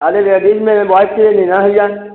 खाली लेडीज में है बॉयज के लेना है यार